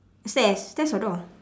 stairs stairs or door